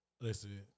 Listen